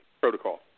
protocol